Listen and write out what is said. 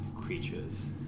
creatures